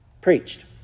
preached